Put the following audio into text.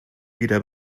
wieder